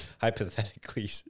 hypothetically